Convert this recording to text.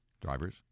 drivers